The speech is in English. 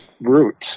roots